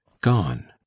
gone